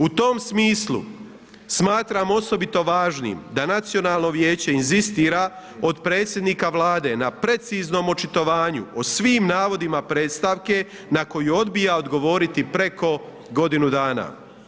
U tom smislu smatram osobito važnim da Nacionalno vijeće inzistira od predsjednika Vlade na preciznom očitovanju o svim navodima predstavke na koju odbija odgovoriti preko godinu dana.